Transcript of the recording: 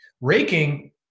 raking